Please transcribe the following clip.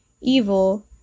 evil